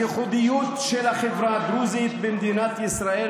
הייחודיות של החברה הדרוזית במדינת ישראל